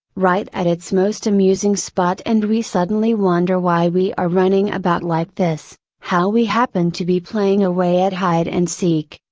right at its most amusing spot and we suddenly wonder why we are running about like this, how we happen to be playing away at hide and seek,